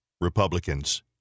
Republicans